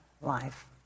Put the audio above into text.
life